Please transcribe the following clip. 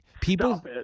People